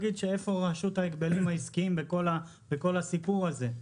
התחרות והסחר ההוגן בכל הסיפור הזה?